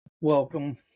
Welcome